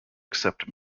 accept